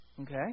Okay